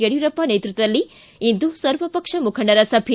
ಯಡಿಯೂರಪ್ಪ ನೇತೃತ್ವದಲ್ಲಿ ಇಂದು ಸರ್ವಪಕ್ಷೆ ಮುಖಂಡರ ಸಭೆ